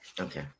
Okay